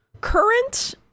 current